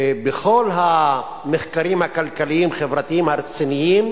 ובכל המחקרים הכלכליים-חברתיים הרציניים